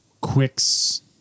Quicks